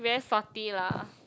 very salty lah